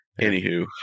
anywho